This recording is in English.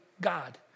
God